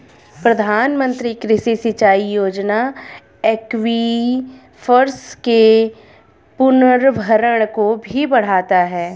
प्रधानमंत्री कृषि सिंचाई योजना एक्वीफर्स के पुनर्भरण को भी बढ़ाता है